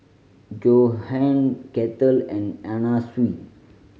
Johan Kettle and Anna Sui